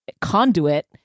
conduit